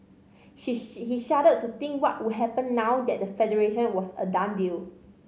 he he shuddered to think what would happen now that the Federation was a done deal